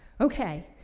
okay